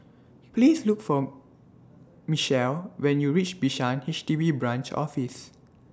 Please Look For Mechelle when YOU REACH Bishan H D B Branch Office